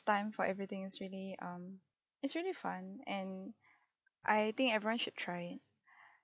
time for everything is really um it's really fun and I think everyone should try it